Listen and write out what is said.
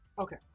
okay